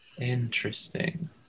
Interesting